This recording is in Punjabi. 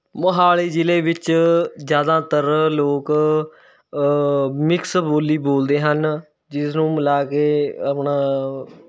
ਮੋਹਾਲੀ ਜ਼ਿਲ੍ਹੇ ਵਿੱਚ ਜ਼ਿਆਦਾਤਰ ਲੋਕ ਮਿਕਸ ਬੋਲੀ ਬੋਲਦੇ ਹਨ ਜਿਸ ਨੂੰ ਮਿਲਾ ਕੇ ਆਪਣਾ